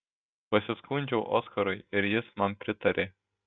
pasiskundžiau oskarui ir jis man pritarė